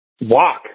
walk